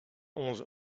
onze